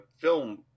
film